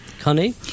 Connie